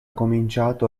cominciato